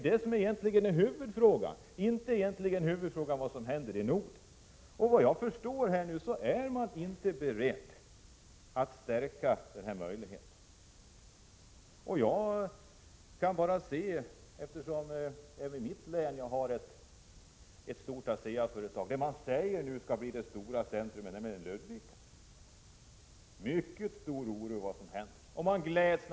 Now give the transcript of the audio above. Det är ju egentligen detta som är huvudfrågan, inte frågan om vad som händer i Norden. Såvitt jag förstår är regeringen inte beredd att stärka de fackliga organisationernas möjligheter på detta område. I mitt län råder i dag mycket stor oro för utvecklingen, eftersom det där — i Ludvika — finns ett stort ASEA-företag. Det sägs att Ludvika nu skall bli det stora centrumet för verksarcheten.